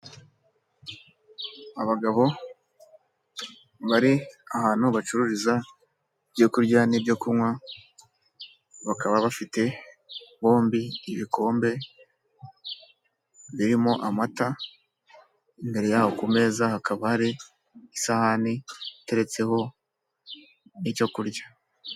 Abagabo, bari ahantu bacururiza, ibyokurya n'ibyokunywa. Bakaba bafite, bombi ibikombe, birimo amata, imbere yaho kumeza hakaba hari, isahani, iteretseho, icyo kurya.